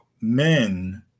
men